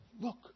Look